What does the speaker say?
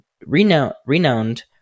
Renowned